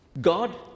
God